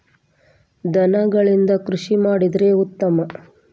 ದನಗಳಿಂದ ಕೃಷಿ ಮಾಡಿದ್ರೆ ಉತ್ತಮ